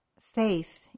faith